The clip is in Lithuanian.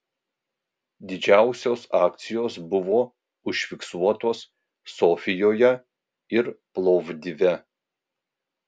didžiausios akcijos buvo užfiksuotos sofijoje ir plovdive